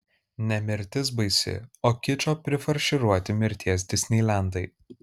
ne mirtis baisi o kičo prifarširuoti mirties disneilendai